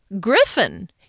Griffin